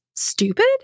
Stupid